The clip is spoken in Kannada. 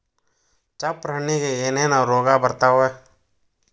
ಚಪ್ರ ಹಣ್ಣಿಗೆ ಏನೇನ್ ರೋಗ ಬರ್ತಾವ?